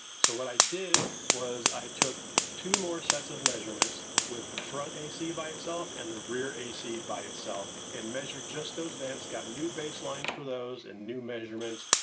so, what i did was i took two more sets of measurements with the front a c by itself and the rear a c by itself, and measured just those vents, got new baselines for those and new measurements.